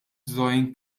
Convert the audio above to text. drawing